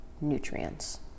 nutrients